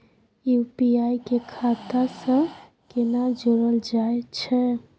UPI के खाता सं केना जोरल जाए छै?